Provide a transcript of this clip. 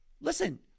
listen